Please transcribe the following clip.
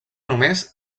només